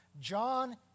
John